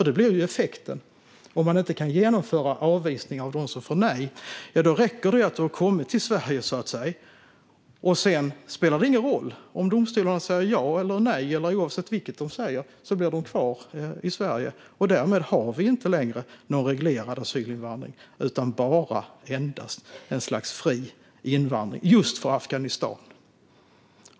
Det blir ju effekten: Om man inte kan genomföra avvisning av dem som får nej räcker det att du har kommit till Sverige, för sedan spelar det ingen roll om domstolarna säger ja eller nej. Oavsett vad de säger blir du kvar i Sverige. Därmed har vi inte längre någon reglerad asylinvandring utan bara ett slags fri invandring - just från Afghanistan.